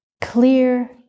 clear